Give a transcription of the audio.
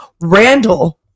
Randall